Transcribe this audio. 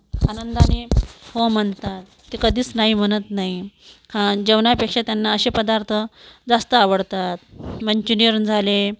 आनंदाने हो म्हणतात ते कधीच नाही म्हणत नाही खा जेवणापेक्षा त्यांना असे पदार्थ जास्त आवडतात मंचुरियन झाले